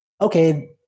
okay